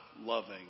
loving